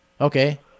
Okay